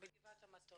בגבעת המטוס.